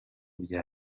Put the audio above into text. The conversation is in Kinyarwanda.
bya